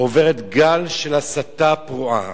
עוברת גל של הסתה פרועה,